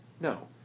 No